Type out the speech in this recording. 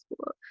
school